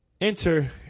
Enter